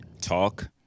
talk